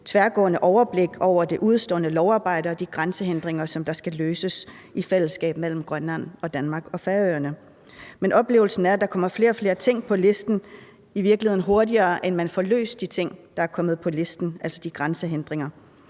tværgående overblik over det udestående lovarbejde og de grænsehindringer, der skal løses i fællesskab mellem Grønland, Danmark og Færøerne, men oplevelsen er, at der kommer flere og flere ting på listen – i virkeligheden hurtigere, end man får løst de ting, der er kommet på listen, altså de grænsehindringer.